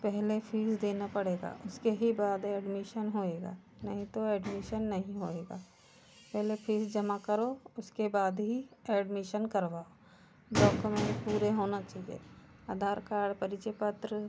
पहले फ़ीस देना पड़ेगा उसके ही बाद एडमीशन होएगा नहीं तो एडमीशन नहीं होएगा पहले फ़ीस जमा करो उसके बाद ही एडमीशन करवाओ डोकोमेन्ट पूरे होना चाहिए आधार कार्ड परिचय पत्र